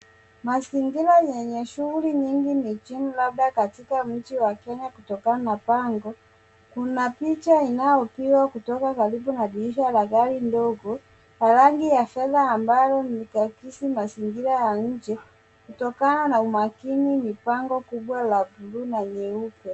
Mazingira yenye shughuli nyingi mijini labda katika mji wa Kenya kutokana na bango, kuna picha inayopigwa kutoka karibu na dirisha la gari ndogo ya rangi ya fedha ambayo ni kakisi mazingira ya nje kutokana na umakini ni bango kubwa la bluu na nyeupe.